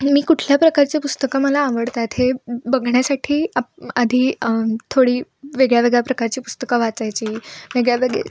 मी कुठल्या प्रकारची पुस्तकं मला आवडतात हे बघण्यासाठी आप् आधी थोडी वेगळ्या वेगळ्या प्रकारची पुस्तकं वाचायची वेगळ्या वेगळे